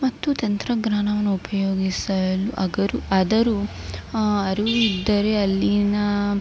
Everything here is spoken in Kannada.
ಮತ್ತು ತಂತ್ರಜ್ಞಾನವನ್ನು ಉಪಯೋಗಿಸಲು ಅಗರು ಆದರು ಅರಿವು ಇದ್ದರೆ ಅಲ್ಲಿನ